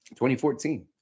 2014